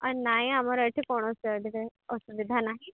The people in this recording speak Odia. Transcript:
ଆ ନାଇଁ ଆମର ଏଠି କୌଣସି ଅସୁବିଧା ନାହିଁ